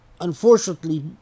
unfortunately